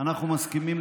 אנחנו מסכימים,